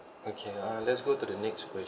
okay ah let's go to the next question